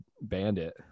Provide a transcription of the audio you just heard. bandit